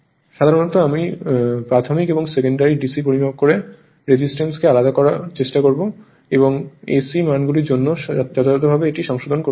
সাধারণত প্রাথমিক এবং সেকেন্ডারি DC পরিমাপ করে রেজিস্ট্যান্সকে আলাদা করা যায় এবং AC মানগুলির জন্য যথাযথভাবে এটি সংশোধন করা হয়